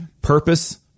Purpose